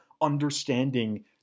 understanding